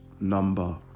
number